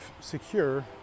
secure